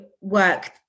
work